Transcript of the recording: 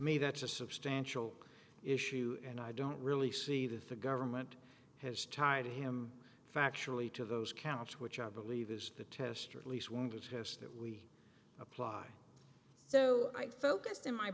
me that's a substantial issue and i don't really see that the government has tied him factually to those counts which i believe is the test or at least one to test that we apply so i focused in my